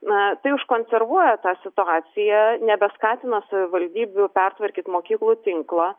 na tai užkonservuoja tą situaciją nebeskatina savivaldybių pertvarkyt mokyklų tinklą